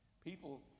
People